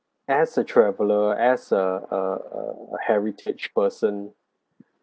as a traveler as uh uh uh a heritage person